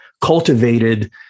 cultivated